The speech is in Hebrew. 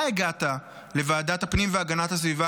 אתה הגעת לוועדת הפנים והגנת הסביבה